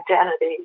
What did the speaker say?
identity